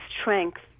strength